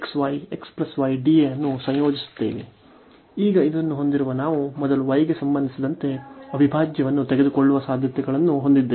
ಈಗ ಇದನ್ನು ಹೊಂದಿರುವ ನಾವು ಮೊದಲು y ಗೆ ಸಂಬಂಧಿಸಿದಂತೆ ಅವಿಭಾಜ್ಯವನ್ನು ತೆಗೆದುಕೊಳ್ಳುವ ಸಾಧ್ಯತೆಗಳನ್ನು ಹೊಂದಿದ್ದೇವೆ